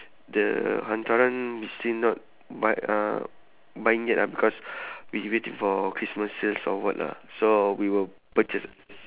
the hantaran we still not buy uh buying yet ah because we waiting for christmas sales or what ah so we will purchase